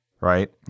Right